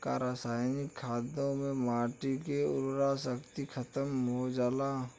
का रसायनिक खादों से माटी क उर्वरा शक्ति खतम हो जाला?